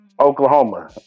Oklahoma